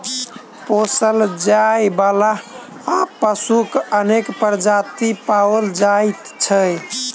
पोसल जाय बला पशुक अनेक प्रजाति पाओल जाइत छै